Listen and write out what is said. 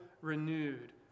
renewed